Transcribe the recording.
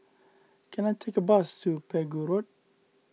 can I take a bus to Pegu Road